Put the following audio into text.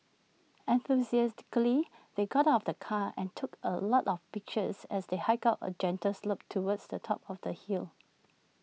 enthusiastically they got out of the car and took A lot of pictures as they hiked up A gentle slope towards the top of the hill